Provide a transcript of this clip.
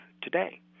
today